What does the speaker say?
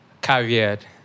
caveat